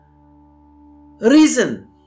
Reason